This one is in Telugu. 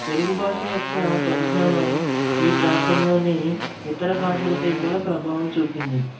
తెలుగు భాష యొక్క పదజాలం ఈ ప్రాంతంలోని ఇతర భాషలపై కూడా ప్రభావం చూపింది